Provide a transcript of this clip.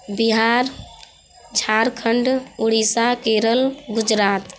Bihar Jharkhand Orissa Kerala Gujarat